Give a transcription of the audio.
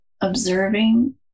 observing